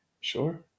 Sure